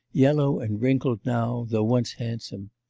yellow and wrinkled now, though once handsome.